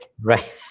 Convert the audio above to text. Right